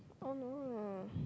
oh no